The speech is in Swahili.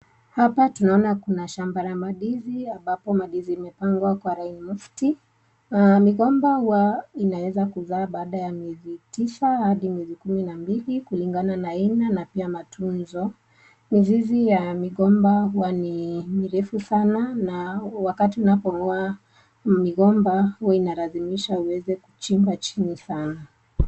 Hapa tunaona kuna shamba la mandizi ambapo mandizi imepangwa kwa laini mufti na ni kwamba wanaeza kuzaa baada ya miezi tisa hadi miezi kumi na mbili kulingana na aina na pia matunzo. Mizizi ya migomba huwa ni mirefu sana na wakati unapong'oa migomba huwa inalazimisha uweze kuchimba chini sana.